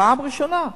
פעם ראשונה,